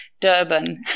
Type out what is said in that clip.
Durban